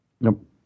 Nope